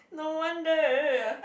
no wonder